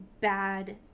bad